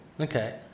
okay